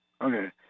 Okay